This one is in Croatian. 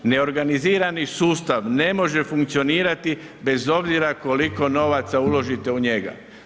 Neorganizirani sustav ne može funkcionirati bez obzira koliko novaca uložite u njega.